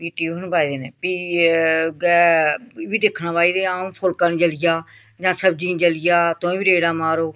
फ्ही टिफन पाई देने फ्ही एह् बी दिक्खना कि भई अ'ऊं फुलका नी जली जा जां सब्ज़ी नी जली जा तुआईं बी रेड़ा मारो